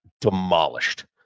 demolished